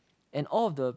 and all of the